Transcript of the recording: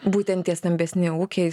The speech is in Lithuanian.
būtent tie stambesni ūkiai